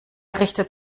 richtet